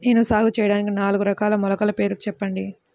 నేను సాగు చేయటానికి నాలుగు రకాల మొలకల పేర్లు చెప్పండి?